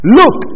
look